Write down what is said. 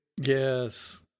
Yes